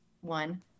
one